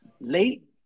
late